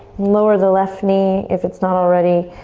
lower the left knee if it's not already.